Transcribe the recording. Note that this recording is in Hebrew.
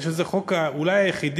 אני חושב שזה החוק אולי היחיד,